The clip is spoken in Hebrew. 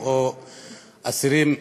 או אסירים,